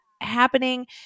happening